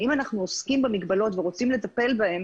אם אנחנו עוסקים במגבלות ורוצים לטפל בהן,